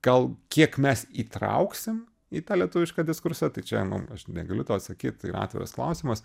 gal kiek mes įtrauksim į tą lietuvišką diskursą tai čia nu aš negaliu to atsakyt tai yra atviras klausimas